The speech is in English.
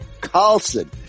Carlson